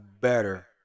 better